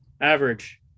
Average